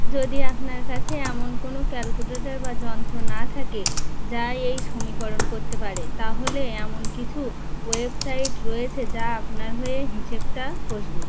যদি আপনার কাছে এমন কোনো ক্যালকুলেটর বা যন্ত্র না থাকে যা এই সমীকরণ করতে পারে তাহলে এমন কিছু ওয়েবসাইট রয়েছে যা আপনার হয়ে হিসেবটা কষবে